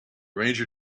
ranger